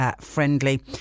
friendly